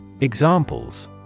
Examples